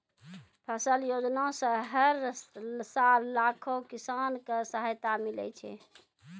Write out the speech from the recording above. फसल योजना सॅ हर साल लाखों किसान कॅ सहायता मिलै छै